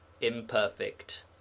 imperfect